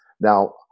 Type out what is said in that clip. Now